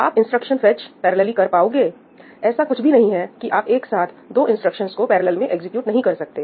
आप instruction fetch parallelly कर पाओगे ऐसा कुछ भी नहीं है कि आप एक साथ दो इंस्ट्रक्शंस को पैरेलल में एग्जीक्यूट नहीं कर सकते